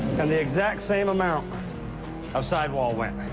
and the exact same amount of sidewall went.